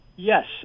Yes